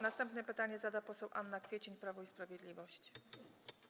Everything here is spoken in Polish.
Następne pytanie zada poseł Anna Kwiecień, Prawo i Sprawiedliwość.